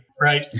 right